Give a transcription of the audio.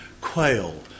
quail